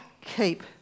keep